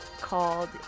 called